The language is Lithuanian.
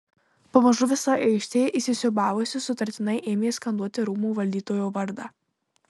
pamažu visa aikštė įsisiūbavusi sutartinai ėmė skanduoti rūmų valdytojo vardą